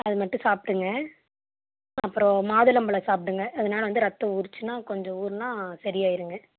அது மட்டும் சாப்பிடுங்க அப்புறம் மாதுளம்பழம் சாப்பிடுங்க அதனால வந்து ரத்தம் ஊறுச்சுன்னாள் கொஞ்சம் ஊறுனால் சரியாயிகிருங்க